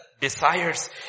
desires